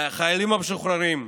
לחיילים המשוחררים,